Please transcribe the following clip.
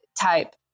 type